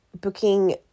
booking